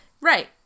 Right